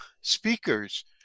speakers